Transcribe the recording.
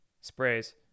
sprays